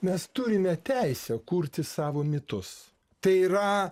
mes turime teisę kurti savo mitus tai yra